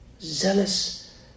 zealous